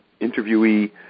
interviewee